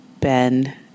Ben